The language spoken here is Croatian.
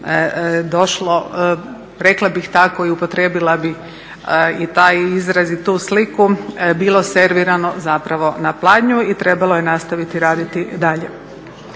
došlo, rekla bih tako i upotrijebila bih taj izraz i tu sliku, bilo servirano zapravo na pladnju i trebalo je nastaviti raditi dalje.